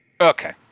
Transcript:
Okay